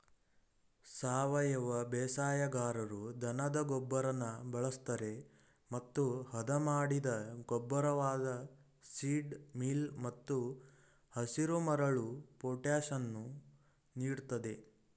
ಸಾವಯವ ಬೇಸಾಯಗಾರರು ದನದ ಗೊಬ್ಬರನ ಬಳಸ್ತರೆ ಮತ್ತು ಹದಮಾಡಿದ ಗೊಬ್ಬರವಾದ ಸೀಡ್ ಮೀಲ್ ಮತ್ತು ಹಸಿರುಮರಳು ಪೊಟ್ಯಾಷನ್ನು ನೀಡ್ತದೆ